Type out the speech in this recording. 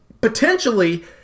potentially